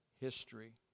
history